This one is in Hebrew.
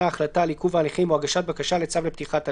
ההחלטה על עיכוב ההליכים או הגשת בקשה לצו לפתיחת הליכים.